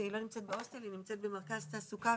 היא לא נמצאת בהוסטל, היא נמצאת במרכז תעסוקה.